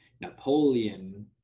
napoleon